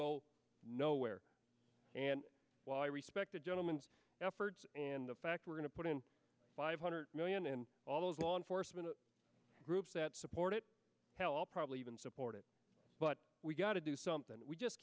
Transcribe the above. go nowhere and while i respect the gentleman efforts and the fact we're going to put in five hundred million and all those law enforcement groups that support it probably even support it but we got to do something we just